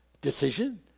decision